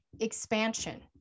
expansion